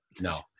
No